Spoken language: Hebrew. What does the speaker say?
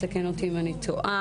תקן אותי אם אני טועה.